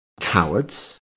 cowards